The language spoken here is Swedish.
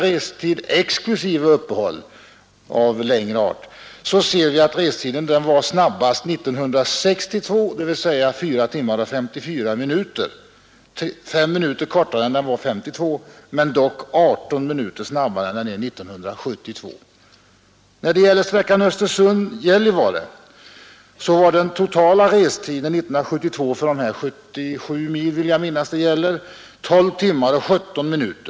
Restiden exklusive uppehåll av längre art var kortast 1962, nämligen 4 timmar och 54 minuter, 5 minuter kortare än den var 1952 men 18 minuter kortare än den är 1972. När det gäller sträckan Östersund—Gällivare var den totala restiden 1972 för dessa 77 mil 12 timmar och 17 minuter.